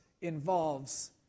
involves